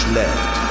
left